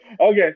okay